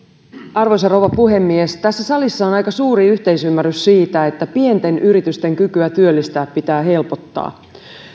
arvoisa rouva puhemies tässä salissa on aika suuri yhteisymmärrys siitä että pienten yritysten kykyä työllistää pitää helpottaa